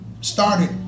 started